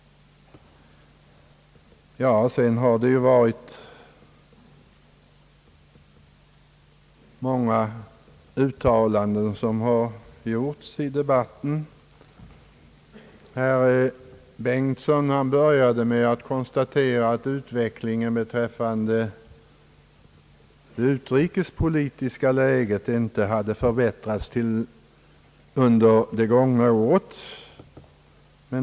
Det har ju gjorts många uttalanden i dagens debatt. Herr Bengtson började med att konstatera att det utrikespolitiska läget inte hade förbättrats under det gångna året.